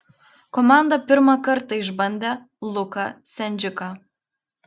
komanda pirmą kartą išbandė luką sendžiką